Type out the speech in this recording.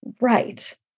right